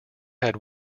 had